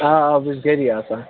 آ آ بہٕ چھُس گَری آسان